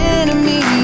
enemy